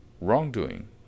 wrongdoing